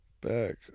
Back